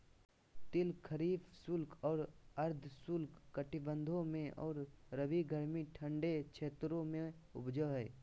तिल खरीफ शुष्क और अर्ध शुष्क कटिबंधों में और रबी गर्मी ठंडे क्षेत्रों में उपजै हइ